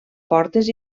portes